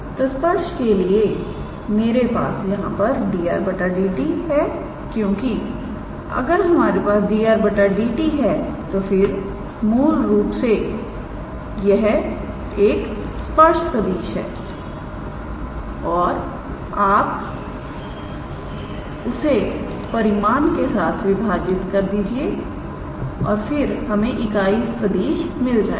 तोस्पर्श के लिए मेरे पास यहां पर 𝑑𝑟⃗ 𝑑𝑡 है क्योंकि अगर हमारे पास 𝑑𝑟⃗ 𝑑𝑡 है तो फिर मूल रूप से यह एक स्पर्श सदिश है और फिर आप उसे परिमाण के साथ विभाजित कर सकते हैं और फिर हमें इकाई स्पर्श सदिशमिल जाएगा